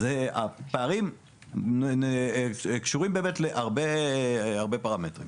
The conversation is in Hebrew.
אז הפערים קשורים להרבה פרמטרים.